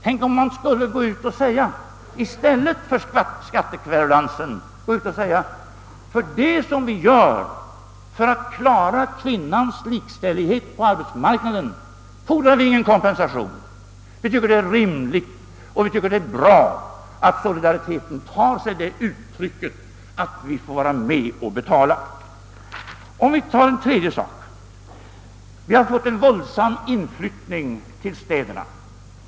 Tänk om man i stället för att kverulera över skatterna sade, att vi för det vi gör för att klara kvinnans likställighet på arbetsmarknaden inte fordrar någon kompensation. Vi tycker att det är rimligt och bra att solidariteten tar sig sådant uttryck att vi får vara med och betala. Låt oss ta en tredje sak! Vi har fått en våldsam inflyttning till städerna.